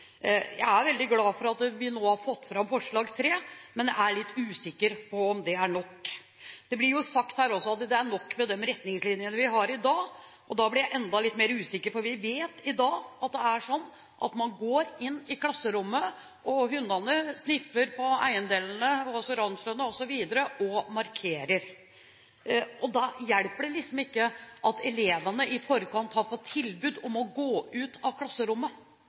Jeg er veldig glad for forslaget representanten Bøhler har satt fram, forslag nr. 3, men er litt usikker på om det er nok. Det blir også sagt her at det er nok med de retningslinjene vi har i dag, og da blir jeg enda litt mer usikker, for vi vet at det i dag er sånn at man går inn i klasserommet, og hundene sniffer på eiendelene, ranslene osv., og markerer. Da hjelper det ikke at elevene i forkant har fått tilbud om å gå ut av klasserommet,